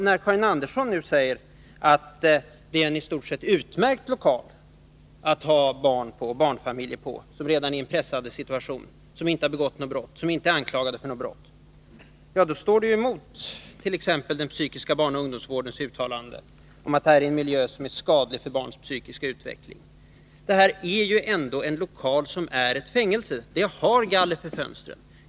När Karin Andersson nu säger att det är en i stort sett utmärkt lokal för placering av barnfamiljer som redan befinner sig i en pressad situation, som inte har begått något brott, som inte är anklagade för något brott, står det emot den psykiska barnaoch ungdomsvårdens uttalande om att detta är en miljö som är skadlig för barnens psykiska utveckling. Detta är ändå en lokal som är ett fängelse — den har galler för fönstren.